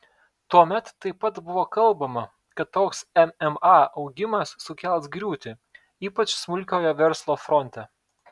tuomet taip pat buvo kalbama kad toks mma augimas sukels griūtį ypač smulkiojo verslo fronte